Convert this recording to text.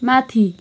माथि